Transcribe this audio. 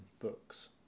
books